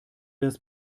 das